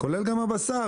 כולל גם הבשר,